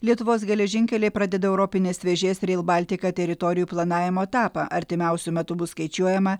lietuvos geležinkeliai pradeda europinės vėžės rail baltica teritorijų planavimo etapą artimiausiu metu bus skaičiuojama